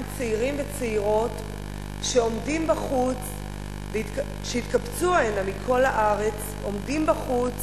צעירים וצעירות שהתקבצו הנה מכל הארץ ועומדים בחוץ